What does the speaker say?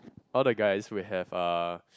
all the guys will have a